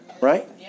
right